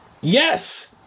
yes